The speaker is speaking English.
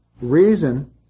reason